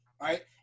right